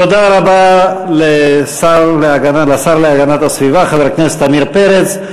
תודה רבה לשר להגנת הסביבה חבר הכנסת עמיר פרץ.